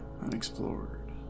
unexplored